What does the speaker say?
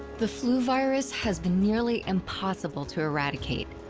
the flu virus has been nearly impossible to eradicate.